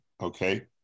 okay